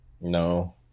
No